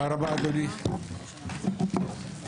הישיבה ננעלה בשעה 16:00.